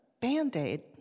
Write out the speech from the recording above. Band-Aid